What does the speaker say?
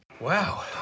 Wow